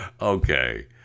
Okay